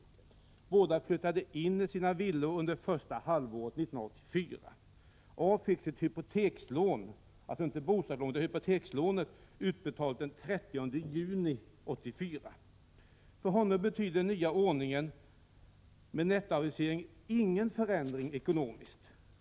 Båda flyttade in i sina villor under första halvåret 1984. A fick sitt hypotekslån — således inte bostadslånet — utbetalt den 30 juni 1984. För honom betyder den nya ordningen med nettoaviseringen ingen förändring ekonomiskt.